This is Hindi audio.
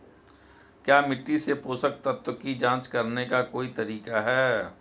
क्या मिट्टी से पोषक तत्व की जांच करने का कोई तरीका है?